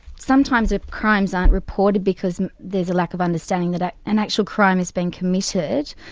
sometimes if crimes aren't reported because there's a lack of understanding that ah an actual crime has been committed,